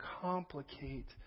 complicate